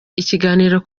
ikiganiro